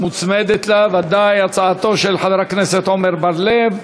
מוצמדת לה, בוודאי, הצעתו של חבר הכנסת עמר בר-לב.